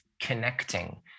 connecting